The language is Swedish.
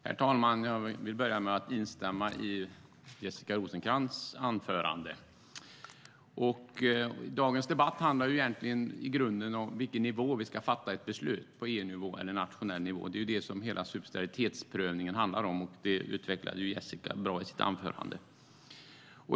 Herr talman! Jag vill börja med att instämma i Jessica Rosencrantz anförande. Dagens debatt handlar i grunden om på vilken nivå vi ska fatta ett beslut - på EU-nivå eller på nationell nivå. Det är det som hela subsidiaritetsprövningen handlar om, och det utvecklade Jessica bra i sitt anförande.